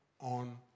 on